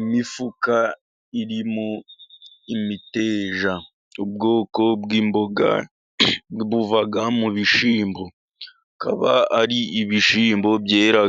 Imifuka iri mo imiteja, ubwoko bw'imboga buva mu bishimbo. Bikaba ari ibishimbo byera